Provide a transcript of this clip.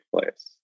place